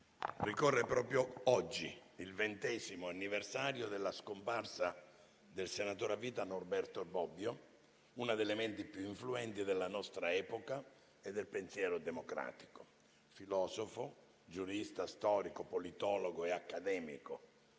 ricorre proprio oggi il ventesimo anniversario della scomparsa del senatore a vita Norberto Bobbio, una delle menti più influenti della nostra epoca e del pensiero democratico. Filosofo, giurista, storico, politologo e accademico